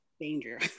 danger